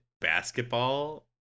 basketball